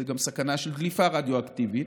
זו גם סכנה של דליפה רדיואקטיבית,